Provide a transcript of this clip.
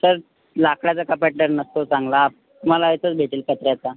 sir लाकडाचा कपाट तर नसतो चांगला तुम्हाला एकच भेटेल पत्र्याचा